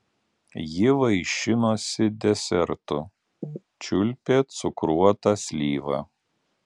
ji vaišinosi desertu čiulpė cukruotą slyvą